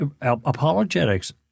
apologetics